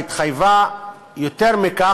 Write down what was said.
היא התחייבה יותר מכך,